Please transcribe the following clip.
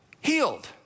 healed